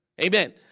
Amen